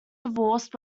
divorced